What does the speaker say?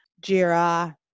JIRA